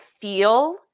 feel